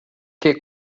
que